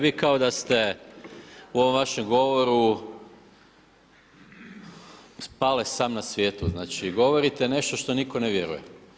Vi kao da ste u ovom vašem govoru Pale sam na svijetu, znači govorite nešto što nitko ne vjeruje.